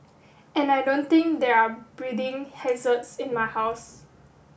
and I don't think there are breeding hazards in my house